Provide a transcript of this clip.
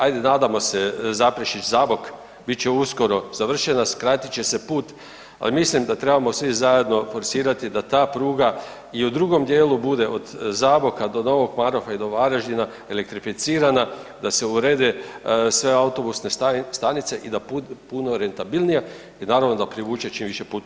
Ajde nadajmo se Zaprešić-Zabok bit će uskoro završena, skratit će se put, ali mislim da trebamo svi zajedno forsirati da ta pruga i u drugom dijelu bude od Zaboka do Novog Marofa i do Varaždina elektrificirana, da se urede sve autobusne stanice i da bude puno rentabilnija i naravno da privuče čim više putnika.